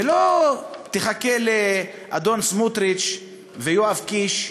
ולא תחכה לאדון סמוּטריץ ויואב קיש,